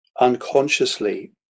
unconsciously